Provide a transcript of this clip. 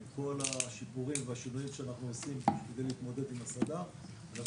עם כל השיפורים והשינויים שאנחנו עושים כדי להתמודד עם --- הדבר